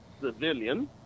civilian